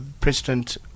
President